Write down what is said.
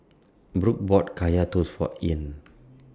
Brook bought Kaya Toast For Ean